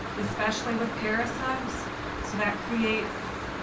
especially with pair subs so that creates